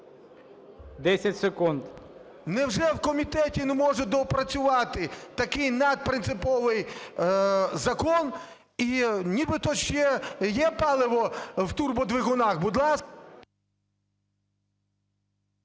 Н.І. Невже в комітеті не можуть доопрацювати такий надпринциповий закон? І нібито ще є паливо в турбодвигунах.